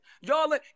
Y'all